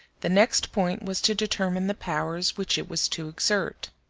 the next point was to determine the powers which it was to exert.